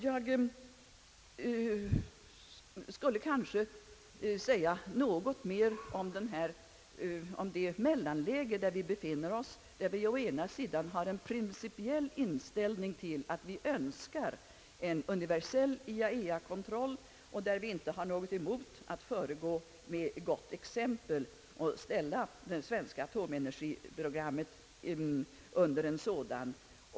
Jag kanske skulle säga något mer om kontrollfrågan i det mellanläge, där vi nu befinner oss. Å ena sidan önskar vi principiellt en universell IAEA-kontroll och har inte något emot att föregå med gott exempel och ställa det svenska atomenergiprogrammet under en Ssådan.